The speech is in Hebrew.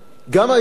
גם היום,